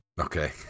Okay